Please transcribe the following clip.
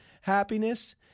happiness